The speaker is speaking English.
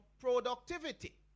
productivity